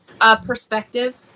Perspective